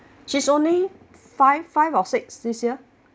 she's only five five or six this year